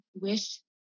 wish